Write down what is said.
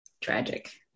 tragic